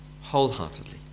wholeheartedly